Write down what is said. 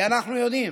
כי אנחנו יודעים